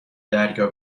دریا